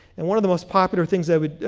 and one of the most popular things i would,